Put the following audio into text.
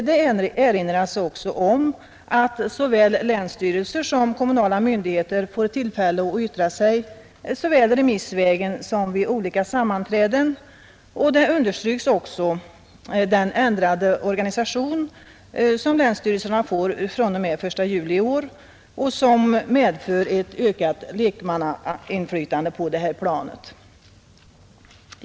Det erinras också om att såväl länsstyrelser som kommunala myndigheter får tillfälle att yttra sig såväl remissvägen som vid olika sammanträden, och det understryks också att den ändrade organisation som länsstyrelserna får fr.o.m. den 1 juli i år medför ett ökat lekmannainflytande på detta plan.